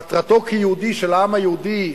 מטרתו כיהודי של העם היהודי,